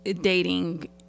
dating